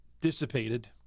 Dissipated